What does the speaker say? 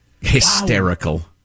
Hysterical